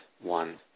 one